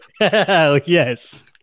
Yes